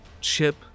Chip